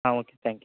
ah okay thank you